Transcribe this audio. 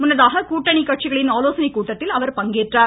முன்னதாக கூட்டணி கட்சிகளின் ஆலோசனைக்கூட்டத்தில் அவர் பங்கேற்றார்